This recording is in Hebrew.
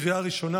לקריאה ראשונה.